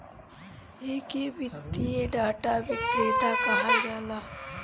एके वित्तीय डाटा विक्रेता कहल जाला